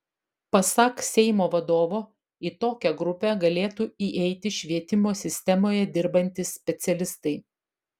pasak seimo vadovo į tokią grupę galėtų įeiti švietimo sistemoje dirbantys specialistai